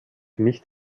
nicht